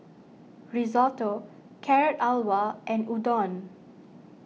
Risotto Carrot Halwa and Udon